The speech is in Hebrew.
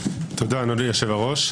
תודה, אדוני היושב-ראש.